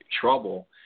trouble